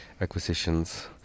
acquisitions